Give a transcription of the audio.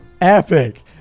Epic